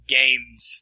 games